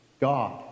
god